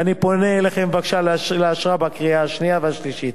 ואני פונה אליכם לאשר את הצעת החוק בקריאה השנייה ובקריאה השלישית.